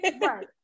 Right